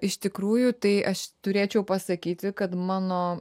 iš tikrųjų tai aš turėčiau pasakyti kad mano